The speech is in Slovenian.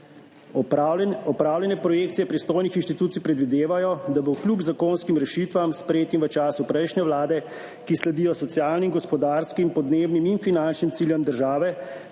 Opravljene projekcije pristojnih institucij predvidevajo, da bo kljub zakonskim rešitvam, sprejetim v času prejšnje vlade, ki sledijo socialnim, gospodarskim, podnebnim in finančnim ciljem države